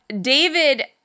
David